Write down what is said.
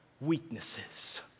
weaknesses